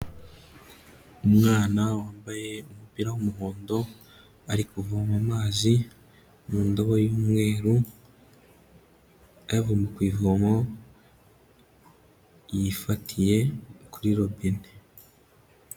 Umwana wambaye umupira w'umuhondo, ari kuvoma amazi mu ndobo y'umweru, ayavoma ku ivomo yifatiye kuri robine.